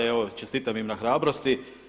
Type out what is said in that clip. I evo čestitam im na hrabrosti.